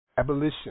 Abolition